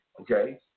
okay